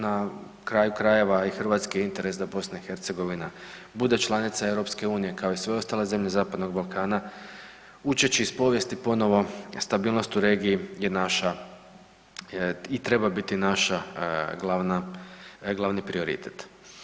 Na kraju krajeva i hrvatski je interes da Bosna i Hercegovina bude članica EU kao i sve ostale zemlje Zapadnog Balkana učeći iz povijesti ponovo stabilnost u regiji je naša i treba biti naš glavni prioritet.